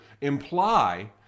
imply